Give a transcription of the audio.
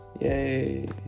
yay